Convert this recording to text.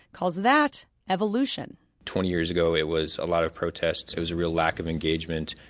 calls that evolution twenty years ago, it was a lot of protests, it was a real lack of engagement.